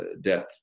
death